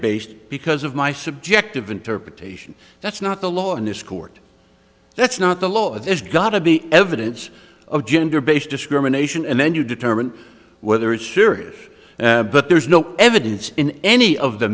based because of my subjective interpretation that's not the law in this court that's not the law there's got to be evidence of gender based discrimination and then you determine whether it's serious but there's no evidence in any of the